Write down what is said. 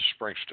Springston